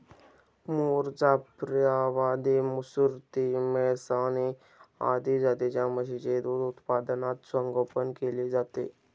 मुर, जाफराबादी, सुरती, मेहसाणा आदी जातींच्या म्हशींचे दूध उत्पादनात संगोपन केले जाते